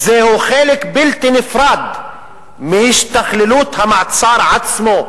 זהו חלק בלתי נפרד מהשתכללות המעצר עצמו.